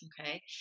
Okay